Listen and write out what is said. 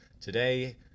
Today